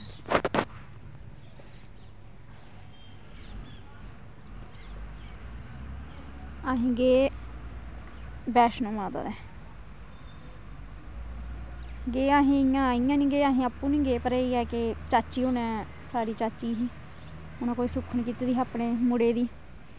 असीं गे बैष्णो माता दे गे असीं इ'यां निं गे आपूं नी पर एह् ऐ कि चाची होरें साढ़ी चाची ही उ'नें कोई सुक्खन कीती दी ही अपने मुड़े दी